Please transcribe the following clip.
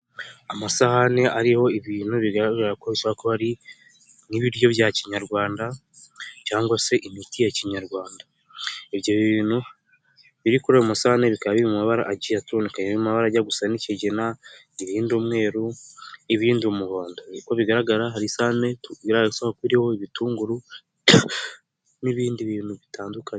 Amasahani ariho ibintu bigaragara ko ari nk'ibiryo bya kinyarwanda cyangwa se imiti ya kinyarwanda ibyo bintu biri kuri ayo masahani biri mu mabara agiye atundukanye aho ajya gusa n'kigina gihindu umweru ibindi umuhondo kuko bigaragara hari tubwira soko iriho ibitunguru n'ibindi bintu bitandukanye.